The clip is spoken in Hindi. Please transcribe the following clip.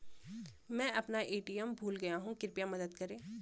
मैं अपना ए.टी.एम भूल गया हूँ, कृपया मदद करें